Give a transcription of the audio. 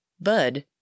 Bud